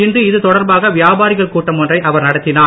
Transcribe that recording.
இன்று இதுதொடர்பாக வியாபாரிகள் கூட்டம் ஒன்றை அவர் நடத்தினார்